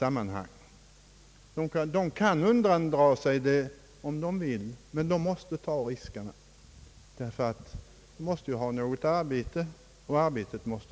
Anställda inom dessa områden kan undandra sig arbetet om de vill men måste ändå ta riskerna eftersom de måste ha något arbete.